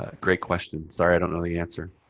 ah great question. sorry, i don't know the answer.